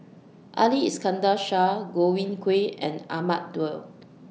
Ali Iskandar Shah Godwin Koay and Ahmad Daud